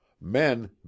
men